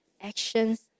actions